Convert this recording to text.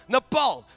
Nepal